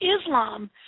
Islam